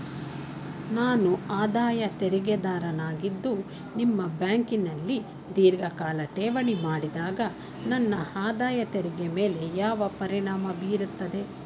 ನಾನು ಆದಾಯ ತೆರಿಗೆದಾರನಾಗಿದ್ದು ನಿಮ್ಮ ಬ್ಯಾಂಕಿನಲ್ಲಿ ಧೀರ್ಘಕಾಲ ಠೇವಣಿ ಮಾಡಿದಾಗ ನನ್ನ ಆದಾಯ ತೆರಿಗೆ ಮೇಲೆ ಯಾವ ಪರಿಣಾಮ ಬೀರುತ್ತದೆ?